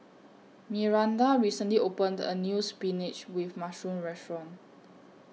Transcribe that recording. Miranda recently opened A New Spinach with Mushroom Restaurant